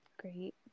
Great